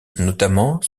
notamment